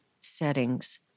settings